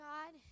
God